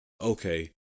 Okay